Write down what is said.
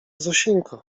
zosieńko